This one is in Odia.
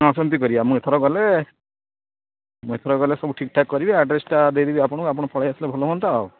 ହଁ ସେମିତି କରିବା ମୁଁ ଏଥର ଗଲେ ମୁଁ ଏଥର ଗଲେ ସବୁ ଠିକ୍ ଠାକ୍ କରିବି ଆଡ଼୍ରେସ୍ଟା ଦେଇଦେବି ଆପଣଙ୍କୁ ଆପଣ ପଳାଇ ଆସିଲେ ଭଲ ହୁଅନ୍ତା